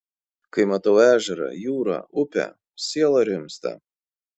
kai matau ežerą jūrą upę siela rimsta